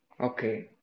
Okay